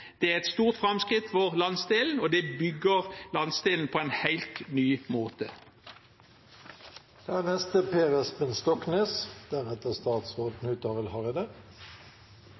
Det er et stort framskritt for landsdelen, og det bygger landsdelen på en helt ny måte.